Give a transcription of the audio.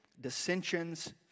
dissensions